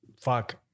fuck